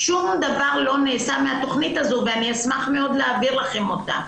שום דבר לא נעשה מהתכנית הזאת ואני אשמח מאוד להעביר לכם אותה.